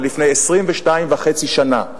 לפני 22.5 שנה.